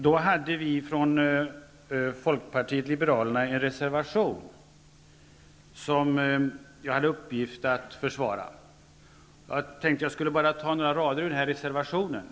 Då hade Folkpartiet liberalerna en reservation som jag hade till uppgift att försvara. Jag tänkte att jag för att påminna om vad jag då sade skulle citera bara några rader ur reservationen.